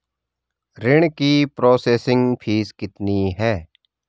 ऋण की processing fees कितनी है?